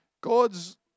God's